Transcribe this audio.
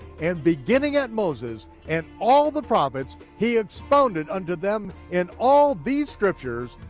and beginning at moses, and all the prophets, he expounded unto them in all these scriptures,